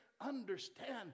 Understand